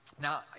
Now